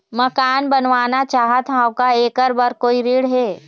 मकान बनवाना चाहत हाव, का ऐकर बर कोई ऋण हे?